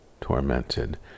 tormented